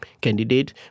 candidate